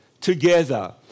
together